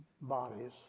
bodies